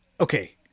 Okay